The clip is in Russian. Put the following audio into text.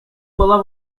была